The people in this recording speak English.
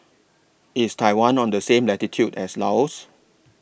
IS Taiwan on The same latitude as Laos